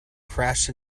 crashed